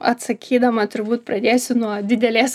atsakydama turbūt pradėsiu nuo didelės